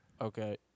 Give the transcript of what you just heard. Okay